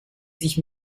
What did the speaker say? sich